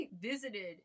visited